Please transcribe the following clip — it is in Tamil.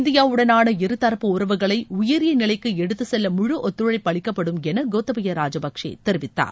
இந்தியாவுடனான இருதரப்பு உறவுகளை உயரிய நிலைக்கு எடுத்துச் செல்ல முழு ஒத்தழைப்பு அளிக்கப்படும் என கோத்தபய ராஜபக்சே தெரிவித்தார்